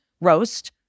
roast